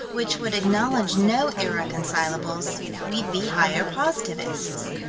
which would acknowledge no irreconcilables we'd be higher positivists.